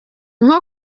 nko